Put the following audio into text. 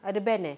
ada band eh